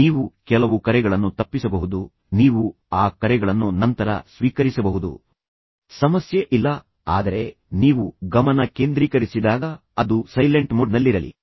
ನೀವು ಕೆಲವು ಕರೆಗಳನ್ನು ತಪ್ಪಿಸಬಹುದು ನೀವು ಆ ಕರೆಗಳನ್ನು ನಂತರ ಸ್ವೀಕರಿಸಬಹುದು ಸಮಸ್ಯೆ ಇಲ್ಲ ಆದರೆ ನೀವು ಗಮನ ಕೇಂದ್ರೀಕರಿಸಿದಾಗ ಅದು ಸೈಲೆಂಟ್ ಮೋಡ್ನಲ್ಲಿರಲಿ